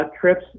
trips